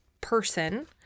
person